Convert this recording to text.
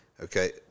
okay